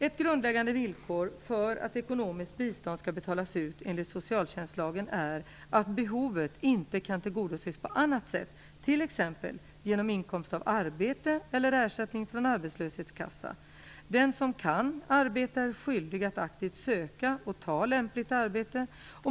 Ett grundläggande villkor för att ekonomiskt bistånd skall betalas ut enligt socialtjänstlagen är att behovet inte kan tillgodoses på annat sätt, t.ex. genom inkomst av arbete eller ersättning från arbetslöshetskassa. Den som kan arbeta är skyldig att aktivt söka och ta lämpligt arbete.